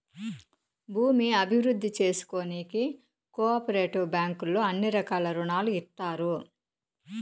భూమి అభివృద్ధి చేసుకోనీకి కో ఆపరేటివ్ బ్యాంకుల్లో అన్ని రకాల రుణాలు ఇత్తారు